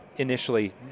initially